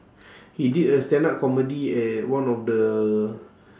he did a stand up comedy at one of the